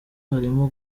harimo